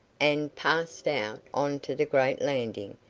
and passed out on to the great landing,